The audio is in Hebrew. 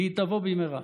והיא תבוא במהרה.